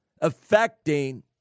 affecting